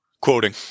Quoting